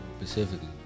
Specifically